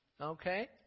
okay